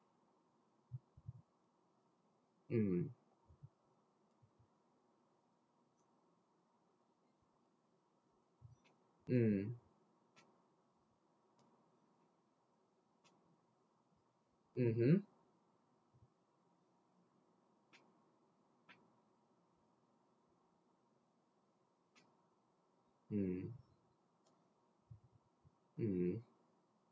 mm mm mmhmm mm mm